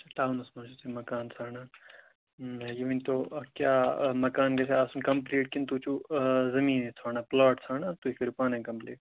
ٹَاونَس منٛز چھُو تُہی مکان ژھانٛڈان یہِ ؤنۍتَو اَتھ کیٛاہ مَکان گَژِھیٛا آسُن کَمپٕلیٖٹ کِنہٕ تُہۍ چھُو آ زمیٖنٕے ژھانٛڈان پُلاٹ ژھانٛڈان تُہۍ کٔرِو پانےَ کَمپٕلیٖٹ